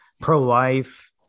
pro-life